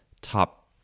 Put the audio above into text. top